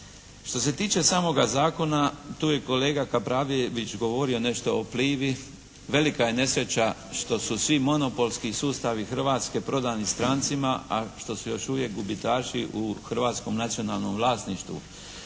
Što se tiče samoga zakona, tu je kolega Kapraljević govorio nešto o "Plivi". Velika je nesreća što su svi monopolski sustavi Hrvatske prodani strancima, a što su još uvijek gubitaši u hrvatskom nacionalnom vlasništvu.